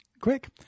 Quick